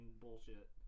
bullshit